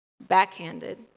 backhanded